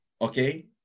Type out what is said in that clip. okay